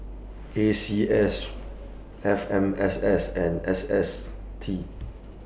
A C S F M S S and S S T